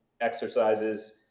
exercises